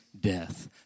death